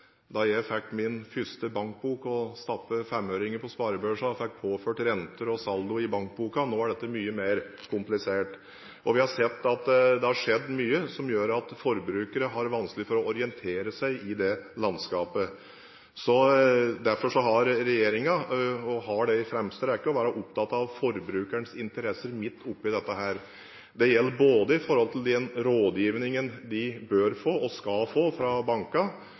da jeg fikk min første bankbok, stappet femøringer på sparebøssa og fikk påført renter og saldo i bankboka. Nå er dette mye mer komplisert. Vi har sett at det har skjedd mye som gjør at forbrukere har vanskelig for å orientere seg i dette landskapet. Derfor er det i fremste rekke for regjeringen å være opptatt av forbrukerens interesser midt oppe i dette. Det gjelder den rådgivningen de bør og skal få hos bankene